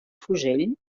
fusell